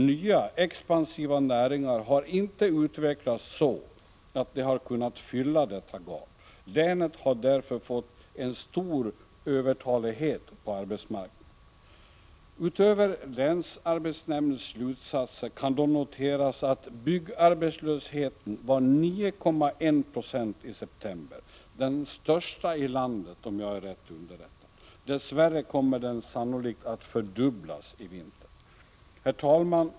Nya, expansiva näringar har inte utvecklats så att de har kunnat fylla detta gap. Länet har därför fått en stor övertalighet på arbetsmarknaden. Utöver länsarbetsnämndens slutsatser kan då noteras att byggarbetslösheten var 9,1 26 i september — den största i landet, om jag är rätt underrättad. Dess värre kommer den sannolikt att fördubblas i vinter. Herr talman!